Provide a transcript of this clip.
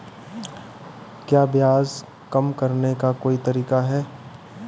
क्या ब्याज कम करने का कोई तरीका है?